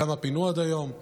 כמה פינו עד היום,